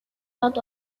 out